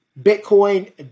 bitcoin